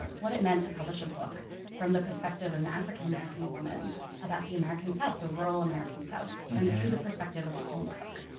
what it meant to publish a book from the perspective of an african american woman about the american south, the rural american south, and through the perspective of a home cook.